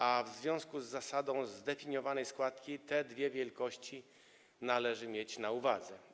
A w związku z zasadą zdefiniowanej składki te dwie wielkości należy mieć na uwadze.